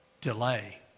Delay